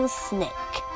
snake